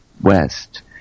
West